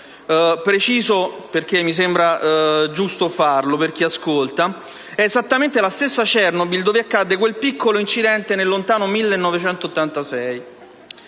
Preciso, perché mi sembra giusto farlo per chi ascolta, che si tratta esattamente della stessa Chernobyl dove accadde quel piccolo "incidente" nel lontano 1986.